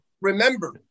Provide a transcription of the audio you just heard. remember